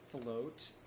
float